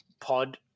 pod